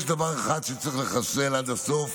יש דבר אחד שצריך לחסל עד הסוף